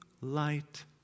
light